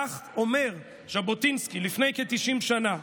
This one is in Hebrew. כך אומר ז'בוטינסקי לפני כ-90 שנה.